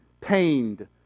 pained